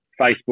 Facebook